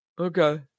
Okay